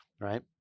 Right